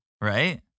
Right